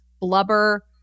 Blubber